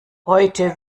heute